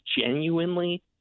genuinely